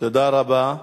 תודה רבה.